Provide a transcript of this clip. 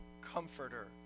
comforter